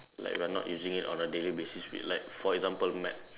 like we are not using it on a daily basis with like for example math